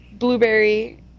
blueberry